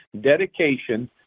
dedication